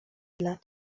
dla